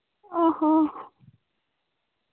ᱚ ᱦᱚ